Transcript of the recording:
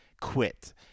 quit